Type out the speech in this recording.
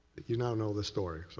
you now know the story,